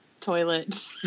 toilet